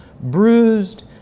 bruised